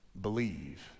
believe